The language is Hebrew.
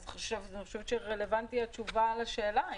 אז אני חושבת שהתשובה לשאלה רלוונטית,